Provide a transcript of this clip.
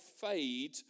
fade